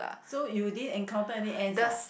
so you didn't encounter any ants ah